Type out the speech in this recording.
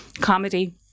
comedy